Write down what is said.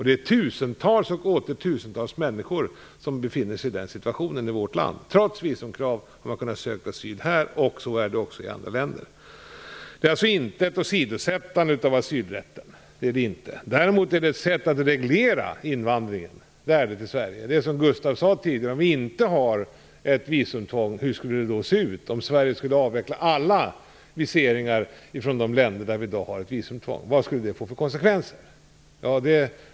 Det är tusentals och åter tusentals människor som befinner sig i den situationen i vårt land. Trots visumkrav har de kunnat söka asyl här, och så är det också i andra länder. Det är alltså fråga om åsidosättande av asylrätten. Däremot är det ett sätt att reglera invandringen till Sverige. Hur skulle det, som Gustaf von Essen sade tidigare, se ut om vi inte skulle ha visumtvång? Hur skulle det se ut om Sverige skulle avveckla alla viseringar från de länder där visumtvång nu gäller? Vad skulle det få för konsekvenser?